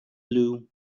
blue